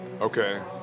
Okay